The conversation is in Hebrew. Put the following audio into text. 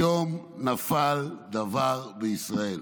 היום נפל דבר בישראל.